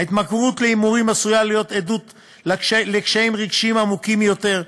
ההתמכרות להימורים עשויה להיות עדות לקשיים רגשיים עמוקים יותר,